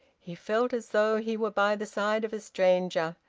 he felt as though he were by the side of a stranger,